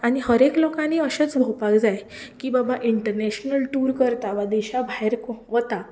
आनी हर एक लोकांनीं अशेंच भोंवपाक जाय की बाबा इंटर्नेशनल टूर करता वा देशा भायर वता